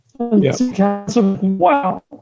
wow